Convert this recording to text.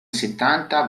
settanta